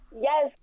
yes